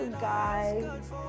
guys